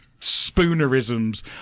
spoonerisms